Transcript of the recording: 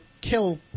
KILL